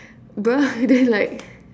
!duh! then like uh